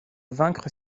vaincre